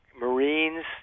Marines